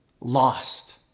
Lost